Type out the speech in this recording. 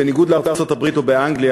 בניגוד לארצות-הברית או אנגליה,